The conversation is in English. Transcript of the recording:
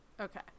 Okay